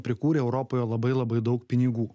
prikūrė europoje labai labai daug pinigų